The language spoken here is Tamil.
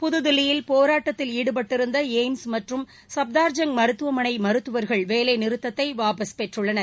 புதுதில்லியில் போராட்டத்தில் ஈடுபட்டிருந்த எய்ம்ஸ் மற்றும் சுப்தார்ஜங் மருத்துவமனை மருத்துவர்கள் வேலைநிறுத்தத்தை வாபஸ் பெற்றுள்ளனர்